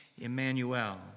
Emmanuel